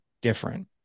different